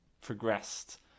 progressed